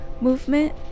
movement